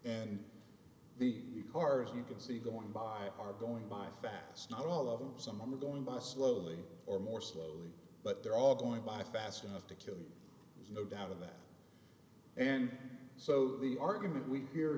and the cars you can see going by are going by fast not all of them some are going by slowly or more slowly but they're all going by fast enough to kill you there's no doubt of that and so the argument we hear